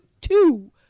two